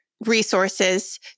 resources